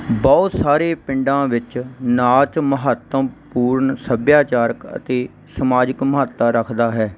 ਬਹੁਤ ਸਾਰੇ ਪਿੰਡਾਂ ਵਿੱਚ ਨਾਚ ਮਹੱਤਵਪੂਰਨ ਸੱਭਿਆਚਾਰਕ ਅਤੇ ਸਮਾਜਿਕ ਮਹੱਤਤਾ ਰੱਖਦਾ ਹੈ